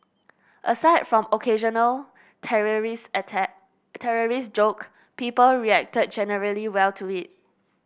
aside from occasional terrorist attack terrorist joke people reacted generally well to it